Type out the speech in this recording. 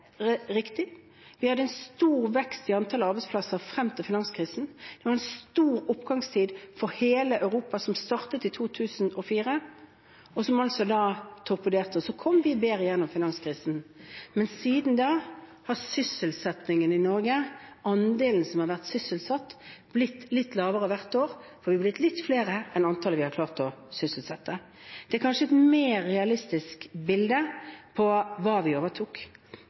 riktig: Vi hadde en stor vekst i antall arbeidsplasser frem til finanskrisen, og det var en stor oppgangstid for hele Europa som startet i 2004, og som altså ble torpedert. Så kom vi bedre igjennom finanskrisen. Men siden da har sysselsettingen i Norge, andelen som har vært sysselsatt, blitt litt lavere hvert år, for det har blitt litt flere enn antallet vi har klart å sysselsette. Det er kanskje et mer realistisk bilde på hva vi overtok.